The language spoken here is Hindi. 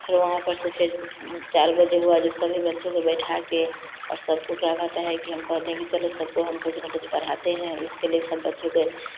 फिर वहाँ पर से फ़िर चार बजे हुआ जो सभी बच्चों को बैठा के और सबको क्या कहते है कि हम कहते हैं कि चलो सबको हम कुछ ना कुछ पढ़ाते हैं इसके लिए सब बच्चों के